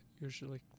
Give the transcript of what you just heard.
usually